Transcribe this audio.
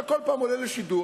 אתה כל פעם עולה לשידור,